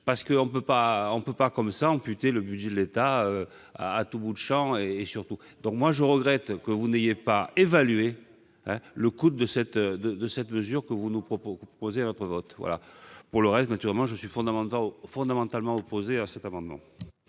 On ne peut pas ainsi amputer le budget de l'État à tout bout de champ et dans tous les domaines. Je regrette que vous n'ayez pas évalué le coût de cette mesure que vous proposez à notre vote. Pour le reste, naturellement, je suis fondamentalement opposé à ces amendements.